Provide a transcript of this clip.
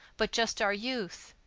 but just our youth.